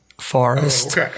forest